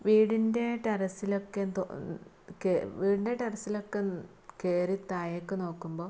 വീടിന്റെ ടെറസിലൊക്കെ വീടിന്റെ ടെറസിലൊക്കെ കയറി താഴേക്ക് നോക്കുമ്പോൾ